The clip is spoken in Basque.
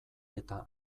eta